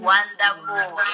Wonderful